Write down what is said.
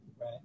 right